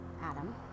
Adam